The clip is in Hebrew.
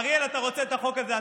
אריאל, אתה רוצה את החוק הזה?